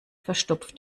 verstopft